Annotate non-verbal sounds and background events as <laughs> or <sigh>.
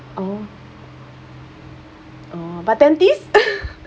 oh oh but dentist <laughs>